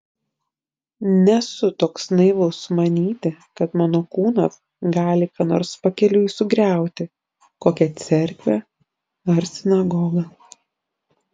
nesu toks naivus manyti kad mano kūnas gali ką nors pakeliui sugriauti kokią cerkvę ar sinagogą